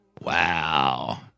Wow